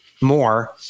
more